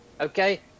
okay